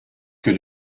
que